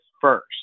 first